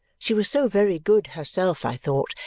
she was so very good herself, i thought,